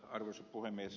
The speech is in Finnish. arvoisa puhemies